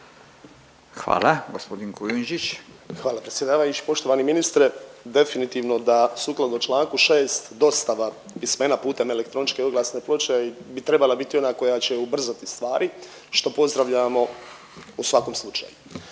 Ante (MOST)** Hvala predsjedavajući. Poštovani ministre definitivno da sukladno članku 6. dostava pismena putem elektroničke oglasne ploče bi trebala biti ona koja će ubrzati stvari što pozdravljamo u svakom slučaju.